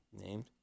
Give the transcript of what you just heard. named